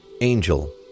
Angel